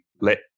let